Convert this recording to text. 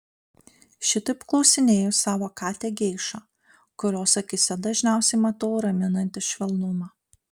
šitaip klausinėju savo katę geišą kurios akyse dažniausiai matau raminantį švelnumą